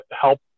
help